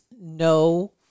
no